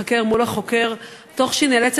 עברה בקריאה